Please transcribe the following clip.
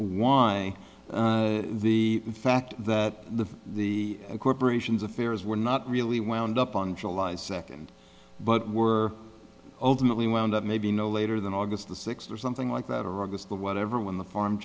why the fact that the the corporation's affairs were not really wound up on july second but were ultimately wound up may be no later than august the sixth or something like that or the whatever when the farm